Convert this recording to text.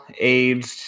aged